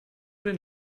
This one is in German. den